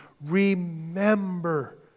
Remember